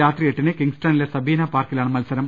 രാത്രി എട്ടിന് കിങ്സറ്റണിലെ സബീനാ പാർക്കിലാണ് മത്സരം